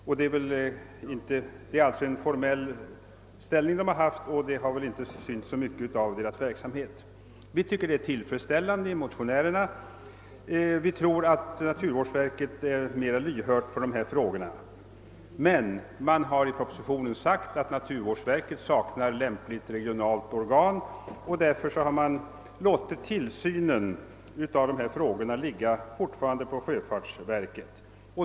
Rådet har alltså haft en formell ställning, och dess verksamhet har inte synts särskilt mycket. Vi motionärer anser att den föreslagna ändringen är tillfredsställande, och vi tror att naturvårdsverket är mer lyhört för dessa frågor. Det sägs emellertid i propositionen att naturvårdsverket saknar lämpliga regionala organ, och därför har man låtit tillsynen av dessa frågor fortfarande ligga på sjöfartsverket.